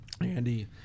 Andy